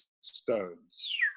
stones